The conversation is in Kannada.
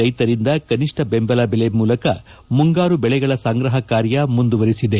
ರೈತರಿಂದ ಕನಿಷ್ಠ ಬೆಂಬಲ ಬೆಲೆ ಮೂಲಕ ಮುಂಗಾರು ಬೆಳೆಗಳ ಸಂಗ್ರಹ ಕಾರ್ಯ ಮುಂದುವರಿಸಿದೆ